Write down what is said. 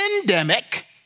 endemic